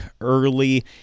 early